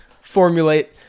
formulate